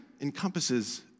encompasses